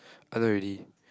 I know already